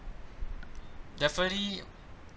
definitely